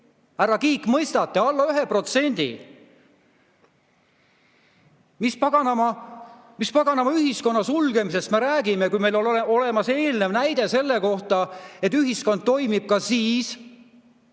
Härra Kiik, mõistate, alla 1%! Mis paganama ühiskonna sulgemisest me räägime, kui meil on olemas eelnev näide selle kohta, et ühiskond toimib ka siis,